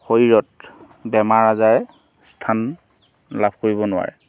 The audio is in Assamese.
শৰীৰত বেমাৰ আজাৰে স্থান লাভ কৰিব নোৱাৰে